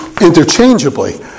interchangeably